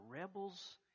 rebels